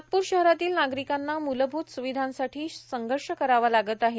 नागपूर शहरातील नागरिकांना मूलभूत सुविधांसाठी संघर्ष करावा लागत आहे